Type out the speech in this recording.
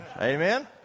Amen